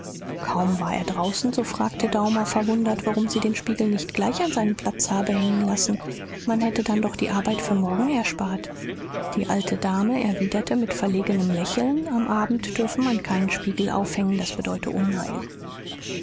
kaum war er draußen so fragte daumer verwundert warum sie den spiegel nicht gleich an seinen platz habe hängen lassen man hätte dann doch die arbeit für morgen erspart die alte dame erwiderte mit verlegenem lächeln am abend dürfe man keinen spiegel aufhängen das bedeute unheil